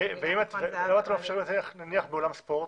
ואם אתם מאפשרים נניח באולם ספורט?